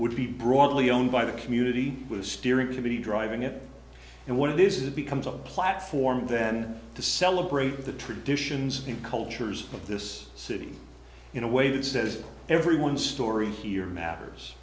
would be broadly owned by the community with a steering committee driving it and what it is it becomes a platform then to celebrate the traditions and cultures of this city in a way that says everyone's story here matters